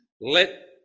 let